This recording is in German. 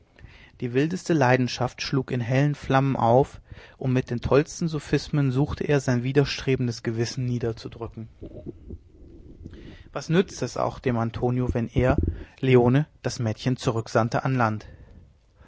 die wildeste leidenschaft schlug in hellen flammen auf und mit den tollsten sophismen suchte er sein widerstrebendes gewissen niederzudrücken was nützte es auch dem antonio wenn er leone das mädchen zurücksandte an land